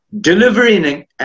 delivering